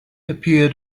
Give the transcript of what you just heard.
appeared